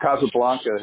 Casablanca